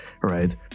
right